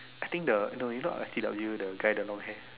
I think the no you know our F_C_W the guy the long hair